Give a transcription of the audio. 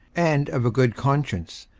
and of a good conscience,